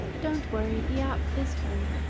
dont worry, the app is free.